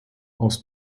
aus